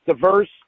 diverse